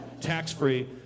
tax-free